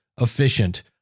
efficient